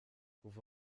kuva